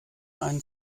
einen